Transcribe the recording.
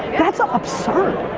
and that's ah absurd.